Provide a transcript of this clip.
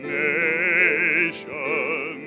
nation